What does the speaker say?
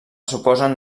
suposen